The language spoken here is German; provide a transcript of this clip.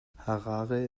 harare